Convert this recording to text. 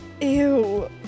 Ew